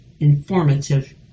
informative